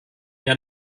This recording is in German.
der